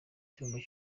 cyumba